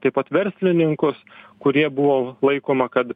taip pat verslininkus kurie buvo laikoma kad